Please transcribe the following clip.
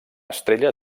estrella